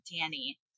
Danny